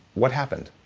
what happened?